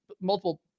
multiple